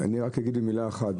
אני רק אגיד במילה אחת,